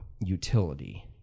utility